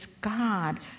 God